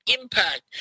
impact